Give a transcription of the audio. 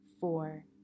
four